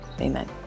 Amen